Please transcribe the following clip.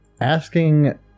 asking